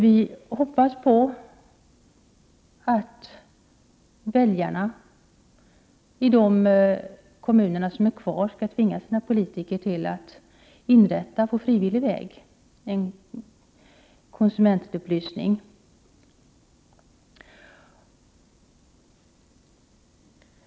Vi hoppas att väljarna i dessa kommuner skall tvinga sina politiker till att på frivillig väg inrätta en konsumentupplysning.